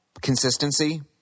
Consistency